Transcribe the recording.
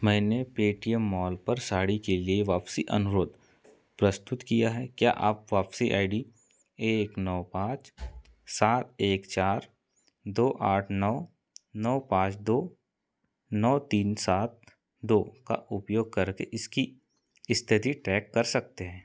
मैंने Paytm mall पर साड़ी के लिए वापसी अनुरोध प्रस्तुत किया है क्या आप वापसी आई डी एक नौ पाँच सात एक चार दो आठ नौ नौ पाँच दो नौ तीन सात दो का उपयोग करके इसकी स्थिति ट्रैक कर सकते हैं